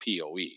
POE